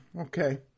Okay